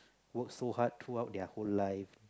work so hard throughout their whole life